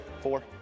four